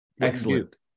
excellent